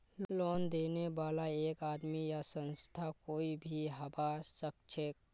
loan देने बाला एक आदमी या संस्था कोई भी हबा सखछेक